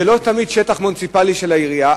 זה לא תמיד שטח מוניציפלי של העירייה.